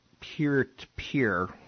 peer-to-peer